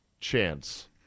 chance